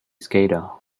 skater